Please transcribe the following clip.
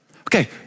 Okay